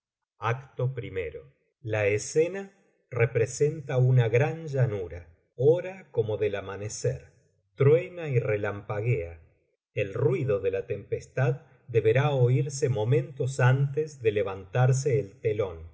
acto primero la escena representa una gran llanura hora como del amanecer truena y relampaguea el ruido de la tempestad deberá oírse momentos antes de levantarse el telón